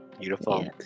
Beautiful